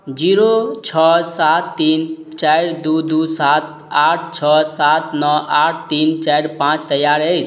zero छओ सात तीन चारि दुइ दुइ सात आठ छओ सात नओ आठ तीन चारि पाँच तैआर अछि